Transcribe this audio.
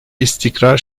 istikrar